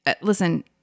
Listen